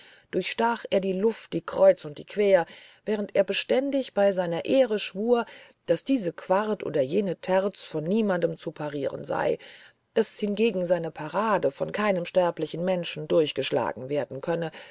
durchstach er die luft die kreuz und die quer während er beständig bei seiner ehre schwur daß diese quarte oder jene terze von niemanden zu parieren sei daß hingegen seine parade von keinem sterblichen menschen durchgeschlagen werden könne